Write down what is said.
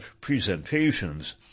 presentations